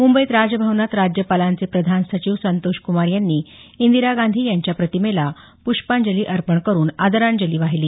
मुंबईत राजभवनात राज्यपालांचे प्रधान सचिव संतोष कुमार यांनी इंदिरा गांधी यांच्या प्रतिमेला पृष्पांजली अर्पण करून आदरांजली वाहिली